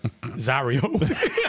Zario